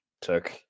took